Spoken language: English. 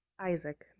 Isaac